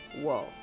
whoa